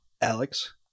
Alex